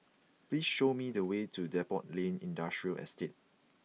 please show me the way to Depot Lane Industrial Estate